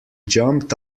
jumped